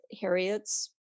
Harriet's